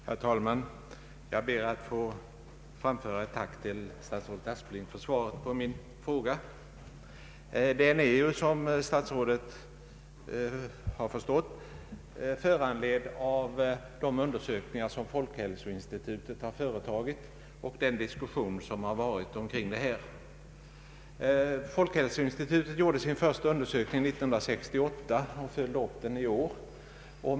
Herr talman! Jag ber att få framföra ett tack till statsrådet Aspling för svaret på min fråga. Den är, som statsrådet har förstått, föranledd av de undersökningar som folkhälsoinstitutet har företagit och den diskussion som förekommit omkring detta spörsmål. Folkhälsoinstitutet gjorde sin första undersökning 1968 och följde upp den i år.